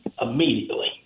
immediately